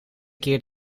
keer